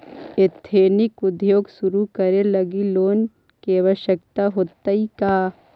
Ethnic उद्योग शुरू करे लगी लोन के आवश्यकता होतइ का?